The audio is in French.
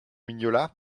mignola